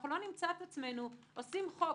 שלא נמצא עצמנו עושים חוק,